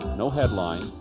no headlines,